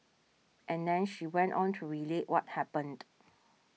and then she went on to relate what happened